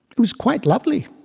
it was quite lovely,